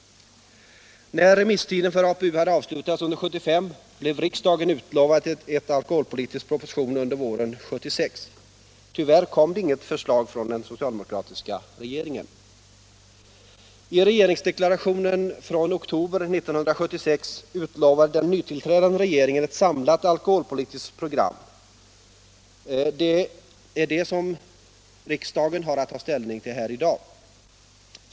När remisstiden för APU hade avslutats under 1975 blev riksdagen utlovad en alkoholpolitisk proposition under våren 1976. Tyvärr kom det inget förslag från den socialdemokratiska regeringen. I regeringsdeklarationen från oktober 1976 utlovar den nytillträdande regeringen ett samlat alkoholpolitiskt program. Det är det som riksdagen har att ta ställning till i dag.